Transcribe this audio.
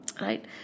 Right